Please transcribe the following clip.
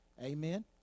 Amen